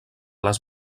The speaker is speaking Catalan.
les